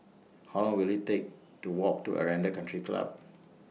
How Long Will IT Take to Walk to Aranda Country Club